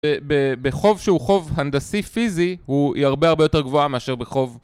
בחוב שהוא חוב הנדסי פיזי הוא יהיה הרבה הרבה יותר גבוה מאשר בחוב